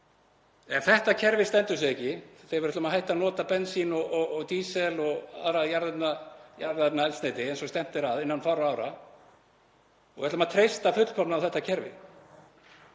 Ef þetta kerfi stendur sig ekki, þegar við ætlum að hætta að nota bensín og dísil og annað jarðefnaeldsneyti eins og stefnt er að innan fárra ára og við ætlum að treysta fullkomlega á þetta kerfi,